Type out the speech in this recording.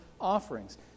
offerings